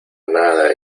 nada